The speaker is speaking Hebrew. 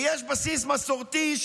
ויש בסיס מסורתי,